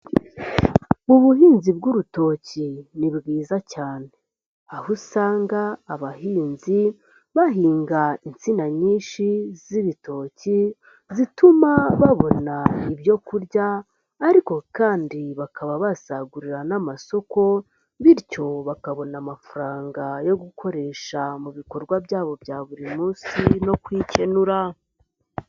Ubuhinzi bw'urutoki ni bwiza cyane. Aho usanga abahinzi bahinga insina nyinshi z'ibitoki zituma babona ibyo kurya ariko kandi bakaba basagurira n'amasoko, bityo bakabona amafaranga yo gukoresha mu bikorwa byabo bya buri munsi no kwikenura.